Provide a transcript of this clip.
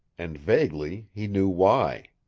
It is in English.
and vaguely he knew why.